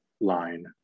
line